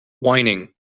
whining